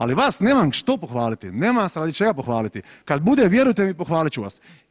Ali vas nemam što pohvaliti, nemam vas radi čega pohvaliti, kad bude, vjerujte pohvalit ću vas.